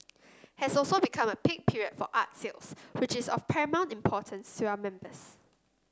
has also become a peak period for art sales which is of paramount importance to our members